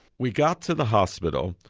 we got to the hospital,